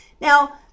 Now